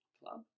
club